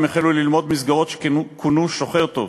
והם החלו ללמוד במסגרות שכונו "שוחר טוב",